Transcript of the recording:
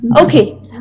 Okay